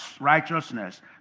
righteousness